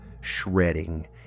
shredding